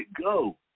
go